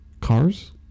cars